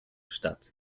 statt